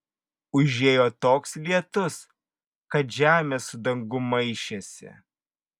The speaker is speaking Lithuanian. užėjo toks lietus kad žemė su dangum maišėsi